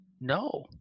No